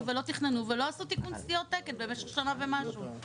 ולא תכננו ולא עשו תיקון סטיות תקן במשך שנה ומשהו.